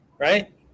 Right